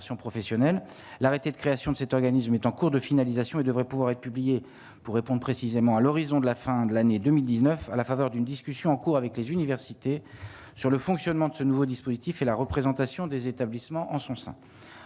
l'arrêté de création de cet organisme est en cours de finalisation et devraient pouvoir être publiée pour répondre précisément à l'horizon de la fin de l'année 2019 à la faveur d'une discussion en cours avec les universités sur le fonctionnement de ce nouveau dispositif est la représentation des établissements en son sein,